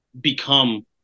become